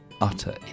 utter